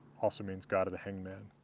also means god of the hanged man.